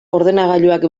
ordenagailuak